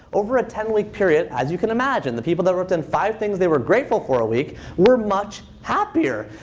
over a ten week period, as you can imagine, the people that wrote down and five things they were grateful for a week were much happier.